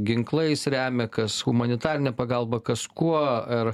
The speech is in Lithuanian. ginklais remia kas humanitarine pagalba kas kuo ir